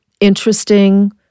interesting